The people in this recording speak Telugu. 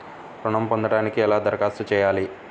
ఋణం పొందటానికి ఎలా దరఖాస్తు చేయాలి?